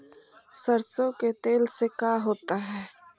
सरसों के तेल से का होता है?